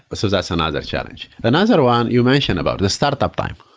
but so that's another challenge. another one you mentioned about, the startup time.